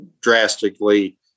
drastically